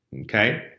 okay